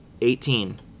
Eighteen